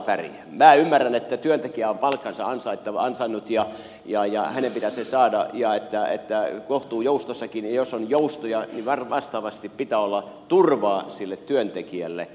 minä ymmärrän että työntekijä on palkkansa ansainnut ja hänen pitää se saada ja että kohtuu on joustoissakin ja jos on joustoja niin vastaavasti pitää olla turvaa sille työntekijälle